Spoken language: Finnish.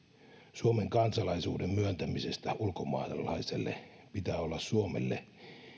suomen kansalaisuuden myöntämisestä ulkomaalaiselle pitää olla suomelle